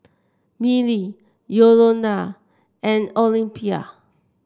Milly Yolonda and Olympia